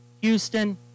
Houston